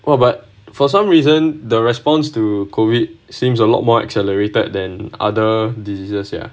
!wah! but for some reason the response to covid seems a lot more accelerated than other diseases ya